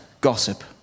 gossip